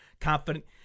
confident